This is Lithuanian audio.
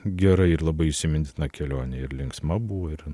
gerai ir labai įsimintina kelionė ir linksma buvo ir